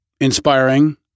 inspiring